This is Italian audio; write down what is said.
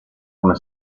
come